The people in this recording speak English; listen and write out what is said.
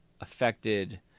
affected